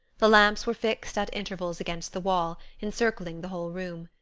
the lamps were fixed at intervals against the wall, encircling the whole room.